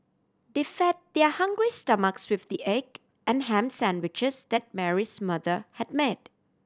they fed their hungry stomachs with the egg and ham sandwiches that Mary's mother had made